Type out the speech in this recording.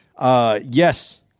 Yes